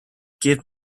give